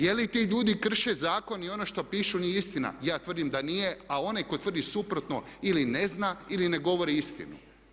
Je li ti ljudi krše zakon i ono što pišu nije istina ja tvrdim da nije, a onaj tko tvrdi suprotno ili ne zna ili ne govori istinu.